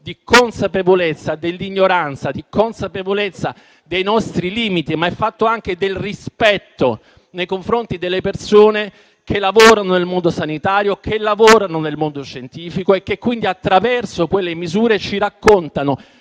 di consapevolezza dell'ignoranza e dei nostri limiti, ma anche del rispetto nei confronti delle persone che lavorano nel mondo sanitario e scientifico e che quindi, attraverso quelle misure, ci raccontano